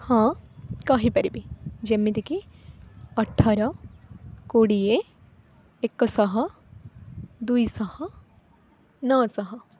ହଁ କହିପାରିବି ଯେମିତି କି ଅଠର କୋଡ଼ିଏ ଏକଶହ ଦୁଇଶହ ନଅଶହ